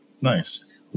Nice